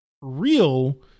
real